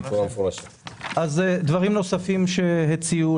דברים נוספים שהציעו,